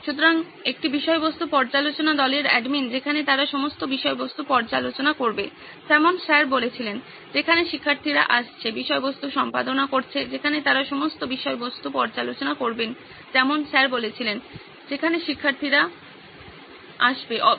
সুতরাং একটি বিষয়বস্তু পর্যালোচনা দলের অ্যাডমিন যেখানে তারা সমস্ত বিষয়বস্তু পর্যালোচনা করবে যেমন স্যার বলেছিলেন যেখানে শিক্ষার্থীরা আসছে বিষয়বস্তু সম্পাদনা করছে যেখানে তারা সমস্ত বিষয়বস্তু পর্যালোচনা করবেন যেমন স্যার বলছেন যেখানে শিক্ষার্থীরা আসছে বিষয়বস্তু সম্পাদনা করছে